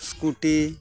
scooty